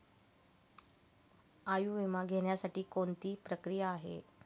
आयुर्विमा घेण्यासाठी कोणती प्रक्रिया आहे?